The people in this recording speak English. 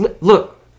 Look